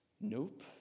nope